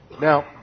Now